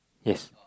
yes